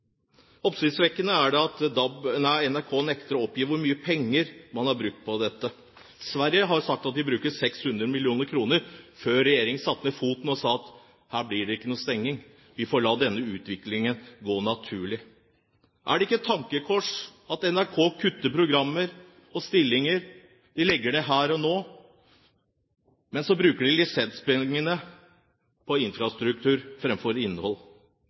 Oppsiktsvekkende er det at NRK nekter å oppgi hvor mye penger man har brukt på dette. Sverige har sagt at de brukte 600 mill. kr før regjeringen satte ned foten og sa: Her blir det ikke noen stenging – vi får la denne utviklingen gå naturlig. Er det ikke et tankekors at NRK kutter programmer og stillinger? De legger ned Her og nå. Så bruker de lisenspengene på infrastruktur framfor innhold.